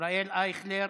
ישראל אייכלר.